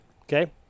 okay